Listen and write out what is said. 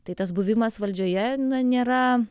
tai tas buvimas valdžioje na nėra